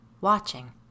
watching